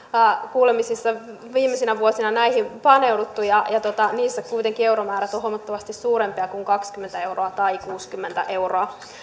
kuulemisissa viimeisinä vuosina näihin paneutuneet ja ja niissä kuitenkin euromäärät ovat huomattavasti suurempia kuin kaksikymmentä euroa tai kuusikymmentä euroa niin